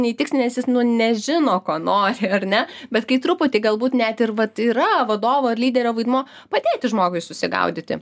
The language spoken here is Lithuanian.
neįtiksi nes jis nežino ko nori ar ne bet kai truputį galbūt net ir vat yra vadovo ar lyderio vaidmuo padėti žmogui susigaudyti